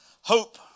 hope